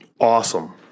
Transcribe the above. Awesome